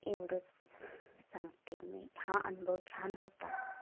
एवढंच सांगते मी हा अनुभव छान होता